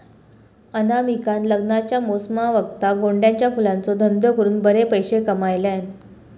अनामिकान लग्नाच्या मोसमावक्ता गोंड्याच्या फुलांचो धंदो करून बरे पैशे कमयल्यान